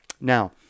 now